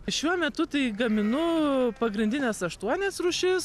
šiuo metu tai gaminu pagrindines aštuonias rūšis